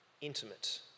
intimate